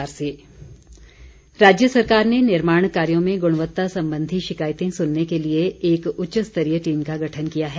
गुणवत्ता जांच राज्य सरकार ने निर्माण कार्यों में गुणवत्ता संबंधी शिकायतें सुनने के लिए एक उच्चस्तरीय टीम का गठन किया है